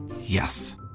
Yes